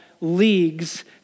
leagues